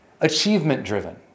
achievement-driven